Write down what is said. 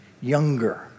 younger